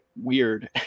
weird